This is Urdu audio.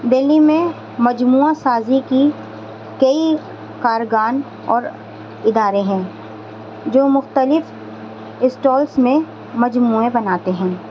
دلی میں مجموعہ سازی کی کئی کارخانے اور ادارے ہیں جو مختلف اسٹالس میں مجموعے بناتے ہیں